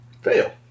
Fail